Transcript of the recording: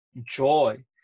joy